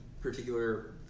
particular